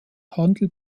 handel